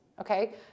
okay